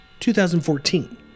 2014